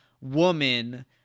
woman